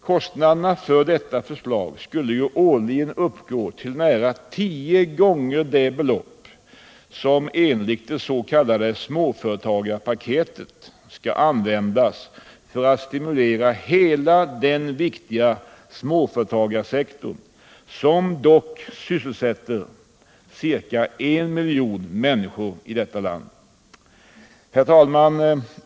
Kostnaderna för detta förslag skulle ju årligen uppgå till nära 10 gånger det belopp som enligt dets.k. småföretagarpaketet skall användas för att stimulera hela den viktiga småföretagssektorn, som sysselsätter ca en miljon människor här i landet. Herr talman!